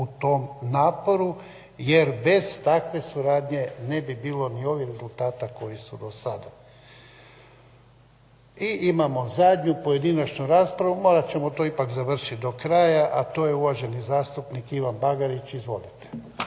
u tom naporu jer bez takve suradnje ne bi bilo ni ovih rezultata koji su do sada. I imamo zadnju pojedinačnu raspravu. Morat ćemo to ipak završiti do kraja. A to je uvaženi zastupnik Ivan Bagarić. Izvolite.